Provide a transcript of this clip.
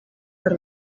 per